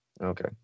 Okay